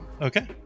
Okay